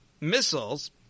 missiles